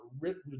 written